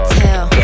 tell